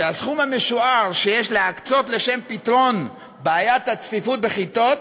הסכום המשוער שיש להקצות לשם פתרון בעיית הצפיפות בכיתות